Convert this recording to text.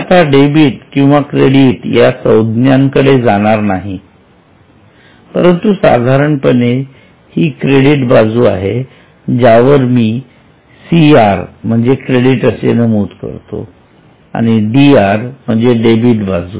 मी आता डेबिट किंवा क्रेडिट या संज्ञा कडे जाणार नाही परंतु साधारणपणे हि क्रेडिट बाजू आहे ज्यावर मी CR म्हणजे क्रेडिट असे नमूद करतो आणि DR म्हणजे डेबिट बाजू